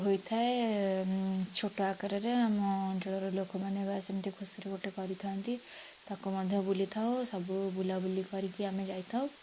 ହୋଇଥାଏ ଛୋଟ ଆକାରରେ ଆମ ଅଞ୍ଚଳର ଲୋକମାନେ ବା ସେମିତି ଖୁସିରେ ଗୋଟେ କରିଥାନ୍ତି ତାକୁ ମଧ୍ୟ ବୁଲିଥାଉ ସବୁ ବୁଲାବୁଲି କରିକି ଆମେ ଯାଇଥାଉ